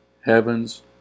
heaven's